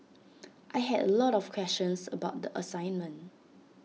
I had A lot of questions about the assignment